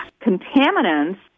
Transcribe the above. contaminants